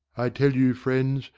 i tell you, friends,